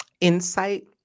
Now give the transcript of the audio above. insight